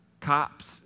cops